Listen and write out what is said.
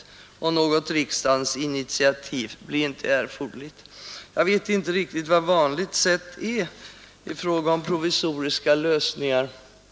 Något riksdagens initiativ blir därmed inte erforderligt.” Jag vet inte riktigt vad ”vanligt sätt” är i fråga om provisoriska lösningar.